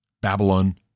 Babylon